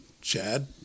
Chad